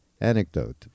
Anecdote